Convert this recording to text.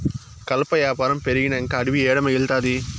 కలప యాపారం పెరిగినంక అడివి ఏడ మిగల్తాది